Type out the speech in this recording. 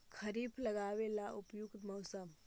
खरिफ लगाबे ला उपयुकत मौसम?